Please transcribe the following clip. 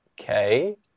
okay